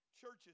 churches